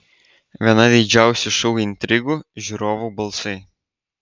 viena didžiausių šou intrigų žiūrovų balsai